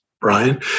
Brian